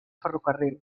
ferrocarril